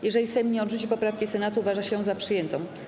Jeżeli Sejm nie odrzuci poprawki Senatu, uważa się ją za przyjętą.